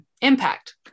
impact